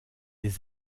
des